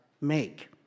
make